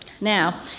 Now